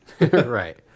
Right